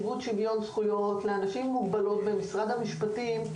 והוא נציגות שוויון זכויות לאנשים עם מוגבלות במשרד המשפטים.